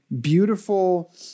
beautiful